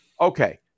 Okay